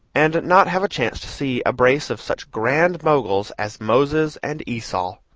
and not have a chance to see a brace of such grand moguls as moses and esau.